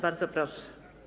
Bardzo proszę.